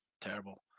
terrible